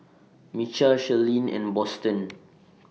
Micah Shirleen and Boston